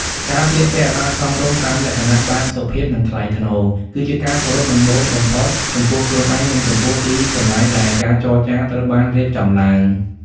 ការស្លៀកពាក់ឱ្យបានសមរម្យតាមលក្ខណៈបែបសុភាព និងថ្លៃថ្នូរ គឺជាការគោរពដំបូងបំផុតចំពោះខ្លួនឯង និងចំពោះទីកន្លែងដែលការចរចាត្រូវបានរៀបចំឡើង។